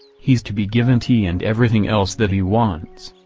he's to be given tea and everything else that he wants.